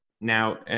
now